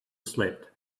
slept